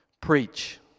Preach